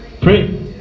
Pray